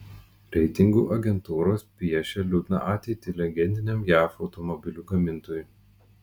reitingų agentūros piešia liūdną ateitį legendiniam jav automobilių gamintojui